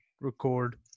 record